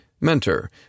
Mentor